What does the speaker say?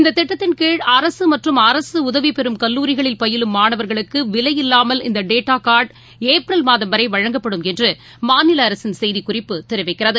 இந்த திட்டத்தின் கீழ் அரசு மற்றும் அரசு உதவிபெறும் கல்லூரிகளில் பயிலும் மாணவர்களுக்கு விலையில்லாமல் இந்த டேட்டா காா்டு ஏப்ரல் மாதம் வரை வழங்கப்படும் என்று மாநில அரசின் செய்திக்குறிப்பு தெரிவிக்கிறது